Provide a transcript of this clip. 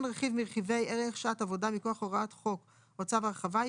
רכיב מרכיבי ערך שעת עבודה מכוח הוראת חוק או צו הרחבה,